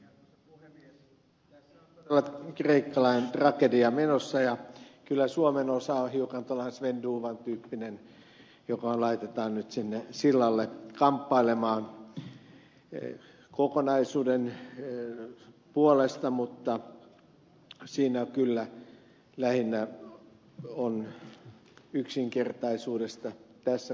tässä on todella kreikkalainen tragedia menossa ja kyllä suomen osa hiukan tuollainen sven dufvan tyyppinen laitetaan nyt sinne sillalle kamppailemaan kokonaisuuden puolesta mutta siinä kyllä lähinnä on yksinkertaisuudesta tässä kohdassa kysymys